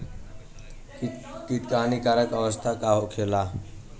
कीट क हानिकारक अवस्था का होला?